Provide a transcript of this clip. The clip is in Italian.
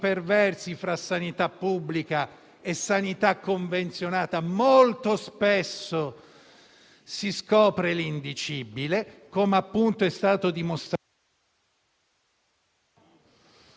Chi è che ha delle responsabilità su quanto avvenuto?